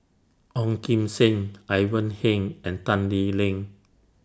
Ong Kim Seng Ivan Heng and Tan Lee Leng